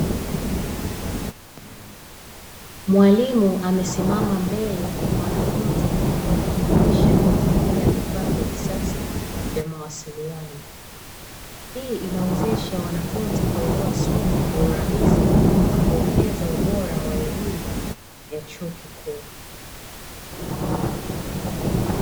Mwalimu amesimama mbele ya wanafunzi akifundisha kwa kutumia vifaa vya kisasa vya mawasiliano, hii inawezesha wanafunzi kuelewa somo kwa urahisi na kuongeza ubora wa elimu ya chuo kikuu.